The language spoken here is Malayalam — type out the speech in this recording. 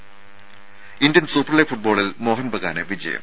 ത ഇന്ത്യൻ സൂപ്പർ ലീഗ് ഫുട്ബോളിൽ മോഹൻബഗാന് വിജയം